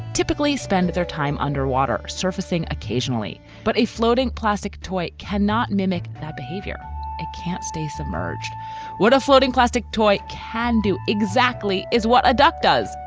typically spend their time underwater, surfacing occasionally. but a floating plastic toy cannot mimic that behavior it can't stay submerged with a floating plastic toy. can do exactly is what a duck does,